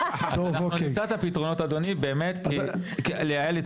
אנחנו נמצא את הפתרונות אדוני וננהל את